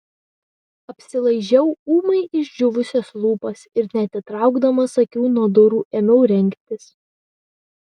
apsilaižiau ūmai išdžiūvusias lūpas ir neatitraukdamas akių nuo durų ėmiau rengtis